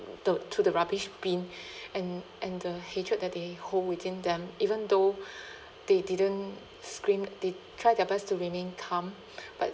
the to the rubbish bin and and the hatred that they hold within them even though they didn't scream they try their best to remain calm but